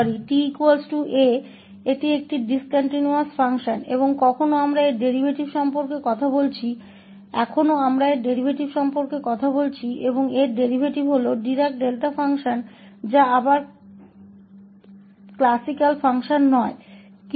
तो यह इस 𝑡 𝑎 पर एक असंतत कार्य है और फिर भी हम इसके डेरीवेटिव के बारे में बात कर रहे हैं और इसका डेरीवेटिव डिराक डेल्टा फ़ंक्शन है जो फिर से एक शास्त्रीय कार्य नहीं है